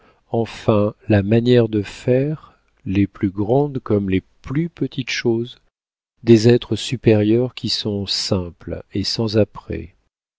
enfin la manière de faire les plus grandes comme les plus petites choses des êtres supérieurs qui sont simples et sans apprêt